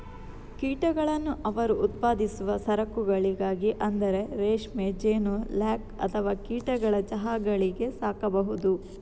ಕೀಟಗಳನ್ನು ಅವರು ಉತ್ಪಾದಿಸುವ ಸರಕುಗಳಿಗಾಗಿ ಅಂದರೆ ರೇಷ್ಮೆ, ಜೇನು, ಲ್ಯಾಕ್ ಅಥವಾ ಕೀಟಗಳ ಚಹಾಗಳಿಗಾಗಿ ಸಾಕಬಹುದು